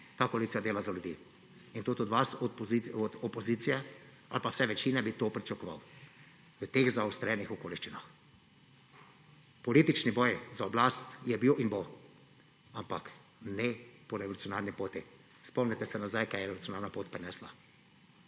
Ta koalicija dela za ljudi in tudi od vas, od opozicije ali pa vsaj večine, bi to pričakoval v teh zaostrenih okoliščinah. Politični boj za oblast je bil in bo, ampak ne po revolucionarni poti. Spomnite se nazaj, kaj je revolucionarna pot prinesla.